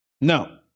no